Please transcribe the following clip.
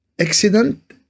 Accident